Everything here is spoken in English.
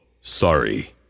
sorry